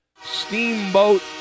Steamboat